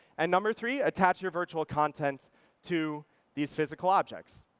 and number three, attach your virtual content to these physical objects.